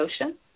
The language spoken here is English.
Ocean